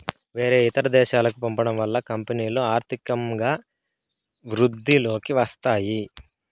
వేరే ఇతర దేశాలకు పంపడం వల్ల కంపెనీలో ఆర్థికంగా వృద్ధిలోకి వస్తాయి